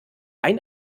ein